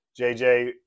JJ